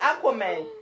Aquaman